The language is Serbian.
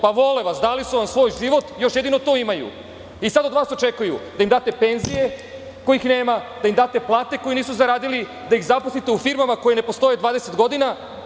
Pa, vole vas, dali su vam svoj život, još jedino to imaju, pa sad od vas očekuju da im date penzije kojih nema, da im date plate koje nisu zaradili, da ih zaposlite u firmama koje ne postoje 20 godina.